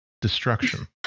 destruction